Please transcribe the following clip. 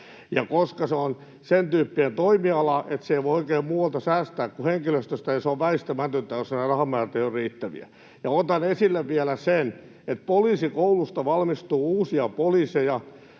koska se on sentyyppinen toimiala, että se ei voi oikein muualta säästää kuin henkilöstöstä, niin se on väistämätöntä, jos nämä rahamäärät eivät ole riittäviä. Otan esille vielä sen, että Poliisikoulusta valmistuu uusia poliiseja.